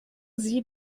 sie